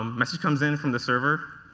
message comes in from the server.